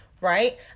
Right